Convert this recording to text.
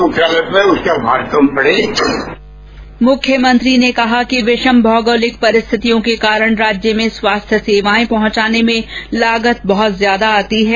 मुख्यमंत्री ने कहा कि विषम भौगोलिक परिस्थितयों के कारण राज्य में स्वास्थ्य सेवाएं पहुंचाने में लागत बहुत अधिक आती है